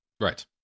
Right